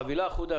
חבילה אחודה,